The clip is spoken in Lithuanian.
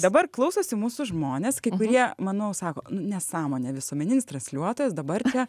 dabar klausosi mūsų žmonės kai kurie manau sako nu nesąmonė visuomeninis transliuotojas dabar čia